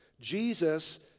Jesus